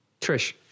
Trish